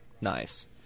Nice